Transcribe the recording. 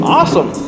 awesome